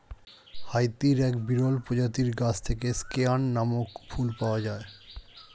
হাইতির এক বিরল প্রজাতির গাছ থেকে স্কেয়ান নামক ফুল পাওয়া যায়